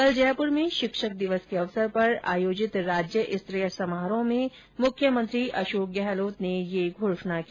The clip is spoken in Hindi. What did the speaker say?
कल जयपुर में शिक्षक दिवस के अवसर पर आयोजित राज्यस्तरीय समारोह में मुख्यमंत्री अशोक गहलोत ने यह घोषणा की